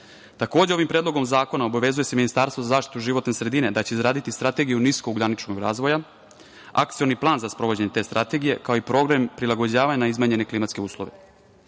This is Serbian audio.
ovim predlogom zakona obavezuje se Ministarstvo za zaštitu životne sredine da će izraditi strategiju niskougljeničnog razvoja, akcioni plan za sprovođenje te strategije, kao i program prilagođavanja na izmenjene klimatske uslove.